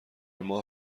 ماه